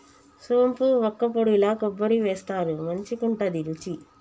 సోంపు వక్కపొడిల కొబ్బరి వేస్తారు మంచికుంటది రుచి